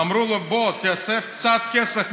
אמרו לו: תסב קצת כסף,